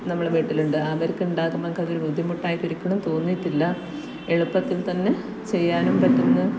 നമ്മളെ വീട്ടിലുണ്ട് അവർക്ക് ഉണ്ടാക്കുമ്പോൾ നമുക്കതൊരു ബുദ്ധിമുട്ടായിട്ട് ഒരിക്കലും തോന്നിയിട്ടില്ല എളുപ്പത്തിൽ തന്നെ ചെയ്യാനും പറ്റുന്നു